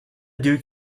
duke